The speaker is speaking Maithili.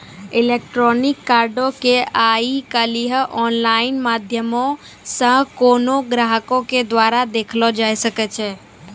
इलेक्ट्रॉनिक कार्डो के आइ काल्हि आनलाइन माध्यमो से कोनो ग्राहको के द्वारा देखलो जाय सकै छै